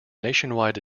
nationwide